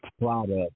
product